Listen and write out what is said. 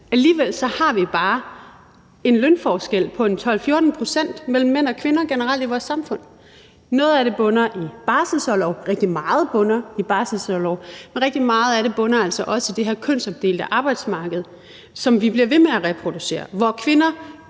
Alligevel har vi bare en lønforskel på 12-14 pct. mellem mænd og kvinder generelt i vores samfund. Rigtig meget af det bunder i barselsorlov, men rigtig meget af det bunder altså også i det her kønsopdelte arbejdsmarked, som vi bliver ved med at reproducere, hvor kvinder